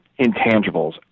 intangibles